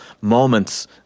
moments